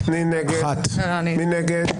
מי נגד?